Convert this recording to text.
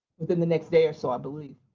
within the next day or so, i believe.